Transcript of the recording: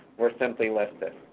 were simply listed.